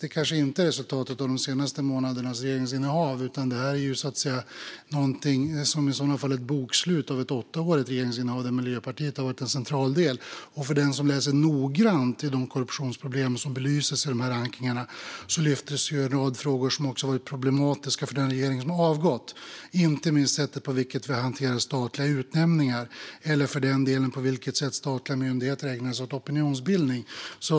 Det kanske inte är resultatet av de senaste månadernas regeringsinnehav. Det är i sådana fall ett bokslut av ett åttaårigt regeringsinnehav där Miljöpartiet har varit en central del. Den som läser noggrant om de korruptionsproblem som belyses i rankningarna ser att man lyfter fram en rad frågor som också har varit problematiska för den regering som har avgått. Det gäller inte minst sättet på vilket statliga utnämningar hanteras eller för den delen på vilket sätt statliga myndigheter ägnar sig åt opinionsbildning.